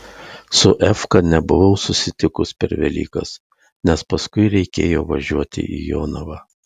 su efka nebuvau susitikus per velykas nes paskui reikėjo važiuoti į jonavą